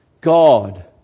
God